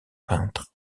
peintre